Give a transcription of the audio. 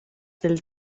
del